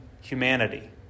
humanity